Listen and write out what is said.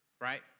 right